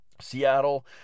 Seattle